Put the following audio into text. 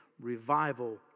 revival